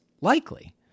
likely